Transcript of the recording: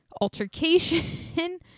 altercation